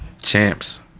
Champs